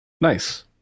nice